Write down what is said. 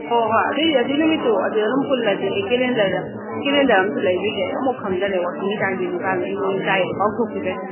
ꯑꯣ ꯍꯣꯏ ꯑꯗꯨꯑꯣꯏꯗꯤ ꯑꯗꯨꯒꯤ ꯅꯨꯃꯤꯠꯇꯨ ꯑꯗꯨꯗ ꯑꯗꯨꯝ ꯄꯨꯜꯂꯁꯤ ꯑꯩ ꯀꯦꯂꯦꯟꯗꯔꯗ ꯀꯦꯂꯦꯟꯗꯔ ꯑꯃꯁꯨ ꯂꯩꯈꯤꯒꯦ ꯑꯩ ꯑꯝꯕꯣꯛ ꯈꯪꯗꯔꯦ ꯋꯥꯛꯆꯤꯡꯒꯤ ꯇꯔꯥꯅꯤꯊꯣꯏꯅꯤ ꯄꯥꯟꯕ ꯏꯃꯣꯏꯅꯨ ꯇꯥꯏꯗꯣ ꯀꯥꯎꯊꯣꯛꯈꯤꯕꯒꯤ